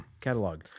catalog